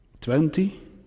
Twenty